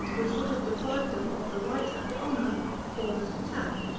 which would have deprived them of the right and honor of the foremost attack.